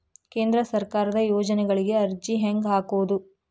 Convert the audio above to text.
ಕೇಂದ್ರ ಸರ್ಕಾರದ ಯೋಜನೆಗಳಿಗೆ ಅರ್ಜಿ ಹೆಂಗೆ ಹಾಕೋದು?